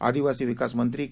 आदिवासी विकास मंत्री के